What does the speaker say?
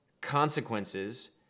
consequences